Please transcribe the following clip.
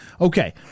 Okay